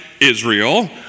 Israel